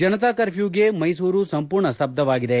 ಜನತಾ ಕರ್ಫ್ಯೂಗೆ ಮೈಸೂರು ಸಂಪೂರ್ಣ ಸ್ತಬ್ದವಾಗಿದೆ